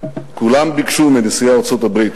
כולם ביקשו מנשיאי ארצות-הברית,